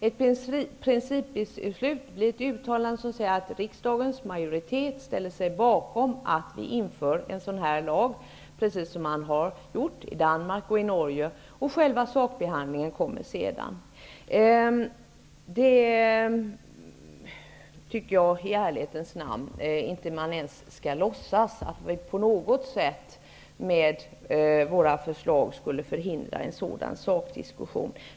Ett principbeslut är ett uttalande om att riksdagens majoritet ställer sig bakom att en lag införs, precis som man har gjort i Danmark och Norge, och själva sakbehandlingen sker därefter. Jag tycker i ärlighetens namn att man inte ens skall låtsas att vi på något sätt med våra förslag skulle förhindra en sakdiskussion.